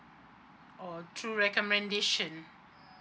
or through recommendation